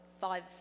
five